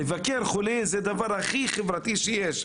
ביקור אצל חולה הוא הדבר הכי חברתי שיש.